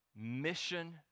mission